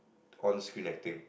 on screen acting